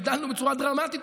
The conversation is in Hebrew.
הגדלנו בצורה דרמטית,